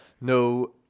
No